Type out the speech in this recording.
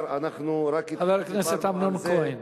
חבר הכנסת אמנון כהן,